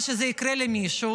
להגיד שהמצאתי או דמיינתי או,